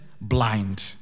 Blind